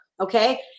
okay